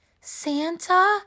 Santa